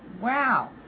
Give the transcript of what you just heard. Wow